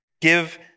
give